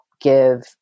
give